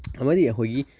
ꯑꯃꯗꯤ ꯑꯩꯈꯣꯏꯒꯤ